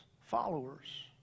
followers